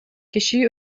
киши